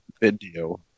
video